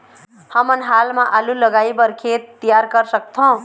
हमन हाल मा आलू लगाइ बर खेत तियार कर सकथों?